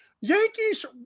Yankees